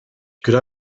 could